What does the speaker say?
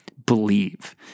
believe